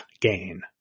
gain